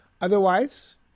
Otherwise